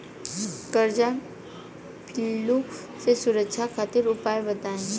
कजरा पिल्लू से सुरक्षा खातिर उपाय बताई?